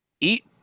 eat